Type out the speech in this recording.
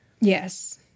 Yes